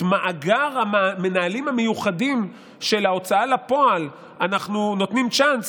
במאגר המנהלים המיוחדים של ההוצאה לפועל אנחנו נותנים צ'אנס,